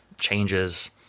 changes